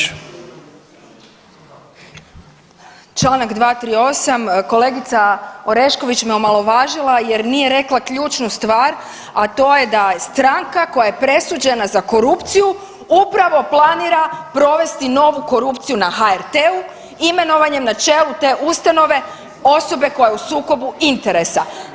Članak 238., kolegica Orešković me omalovažila jer nije rekla ključnu stvar, a to je da je stranka koja je presuđena za korupciju upravo planira provesti novu korupciju na HRT-u imenovanjem na čelu te ustanove osobe koja je u sukobu interesa.